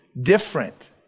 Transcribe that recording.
different